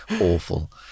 awful